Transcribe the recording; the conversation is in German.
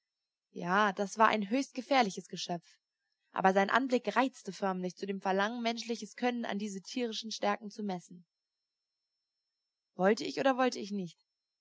ja das war ein höchst gefährliches geschöpf aber sein anblick reizte förmlich zu dem verlangen menschliches können an dieser tierischen stärke zu messen wollte ich oder wollte ich nicht